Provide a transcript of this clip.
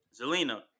Zelina